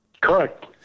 Correct